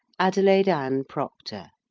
adelaide ann procter